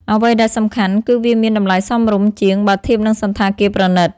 អ្វីដែលសំខាន់គឺវាមាន តម្លៃសមរម្យ ជាងបើធៀបនឹងសណ្ឋាគារប្រណីត។